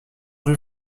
rue